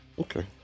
okay